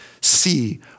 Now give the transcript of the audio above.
see